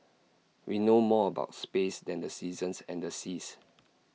we know more about space than the seasons and the seas